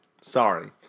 Sorry